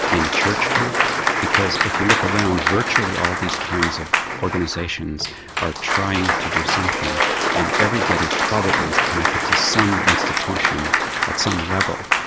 in a church group because if you look around virtually all these kinds of organisations are trying to do something and everybody probably is connected to some institution at some level.